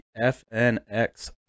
FNX